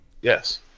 Yes